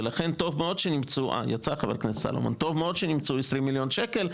ולכן טוב מאוד שנמצאו 20 מיליון שקל,